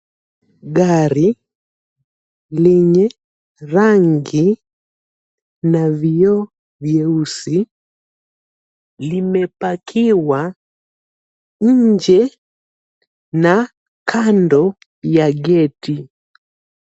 Gari lenye rangi nyeusi aina ya toyota prado. limeegeshwa kando na lango la samawati.